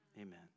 Amen